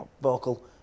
vocal